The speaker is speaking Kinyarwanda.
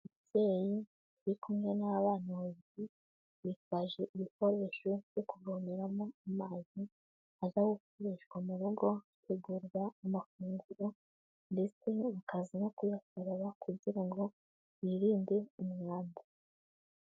Umubyeyi uri kumwe n'abana babiri bitwaje ibikoresho byo kuvomeramo amazi, aza gukoreshwa mu rugo hategurwa amafunguro, ndetse ukaza no kuyakaraba kugira ngo wirinde umwanda.